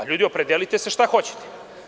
Ljudi, opredelite se šta hoćete.